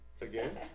Again